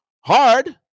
hard